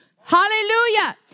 Hallelujah